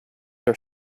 are